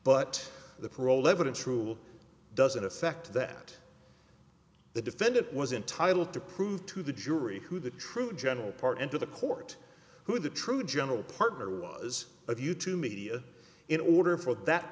but the parole evidence rule doesn't affect that the defendant was entitled to prove to the jury who the true general part and to the court who the true general partner was of you to media in order for that